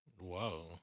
Whoa